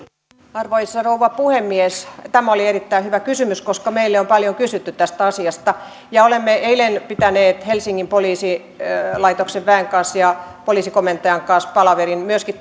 arvoisa rouva puhemies tämä oli erittäin hyvä kysymys koska meiltä on paljon kysytty tästä asiasta ja olemme eilen pitäneet helsingin poliisilaitoksen väen ja poliisikomentajan kanssa palaverin myöskin